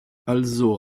also